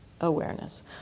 awareness